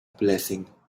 blessing